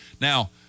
now